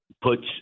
puts